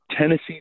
Tennessee